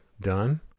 done